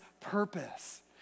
purpose